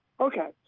Okay